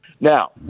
Now